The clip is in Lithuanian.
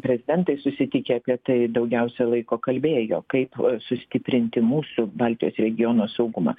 prezidentai susitikę apie tai daugiausia laiko kalbėjo kaip sustiprinti mūsų baltijos regiono saugumą